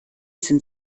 sind